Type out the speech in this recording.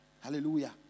Hallelujah